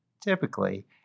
typically